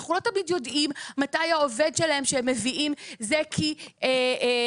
אנחנו לא תמיד יודעים מתי העובד שלהם שהם מביאים זה כי הם